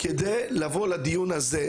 מנת לבוא לדיון הזה.